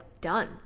done